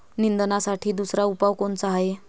निंदनासाठी दुसरा उपाव कोनचा हाये?